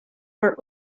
were